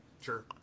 Sure